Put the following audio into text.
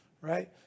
right